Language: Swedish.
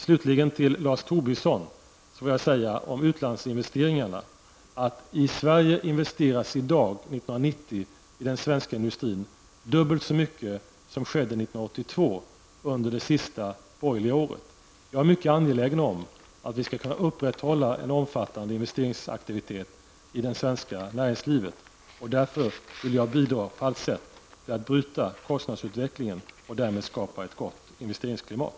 Slutligen vill jag om utlandsinvesteringarna till Lars Tobisson säga att det i dag, 1990, investeras dubbelt så mycket i den svenska industrin som år 1982, det sista borgerliga året. Jag är mycket angelägen om att vi kan upprätthålla en omfattande investeringsaktivitet i det svenska näringslivet, och därför vill jag på allt sätt bidra till att bryta kostnadsutvecklingen och därmed skapa ett gott investeringsklimat.